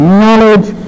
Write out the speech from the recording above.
knowledge